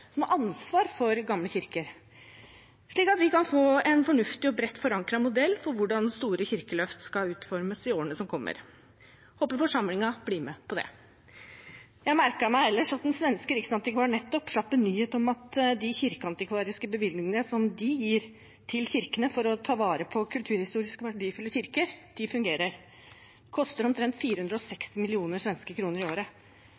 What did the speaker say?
som har ansvar for gamle kirker, slik at vi kan få en fornuftig og bredt forankret modell for hvordan det store kirkeløftet skal utformes i årene som kommer. Jeg håper forsamlingen blir med på det. Jeg merket meg ellers at den svenske riksantikvaren nettopp slapp en nyhet om at de kirkeantikvariske bevilgningene som de gir til kirkene for å ta vare på kulturhistorisk verdifulle kirker, fungerer. Det koster omtrent 460 mill. svenske kroner i året.